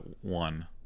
one